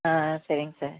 ஆ ஆ சரிங்க சார்